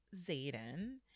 zayden